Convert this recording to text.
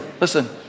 listen